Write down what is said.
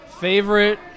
Favorite